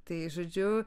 tai žodžiu